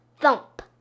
thump